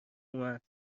اومد